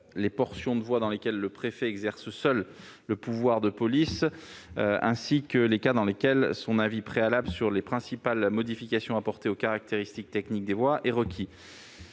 les portions de voies dans lesquelles le préfet exerce seul le pouvoir de police, ainsi que les cas dans lesquels son avis préalable sur les principales modifications apportées aux caractéristiques techniques des voies est requis.